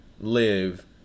live